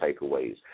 takeaways